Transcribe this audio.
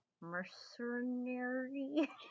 mercenary